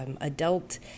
adult